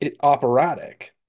operatic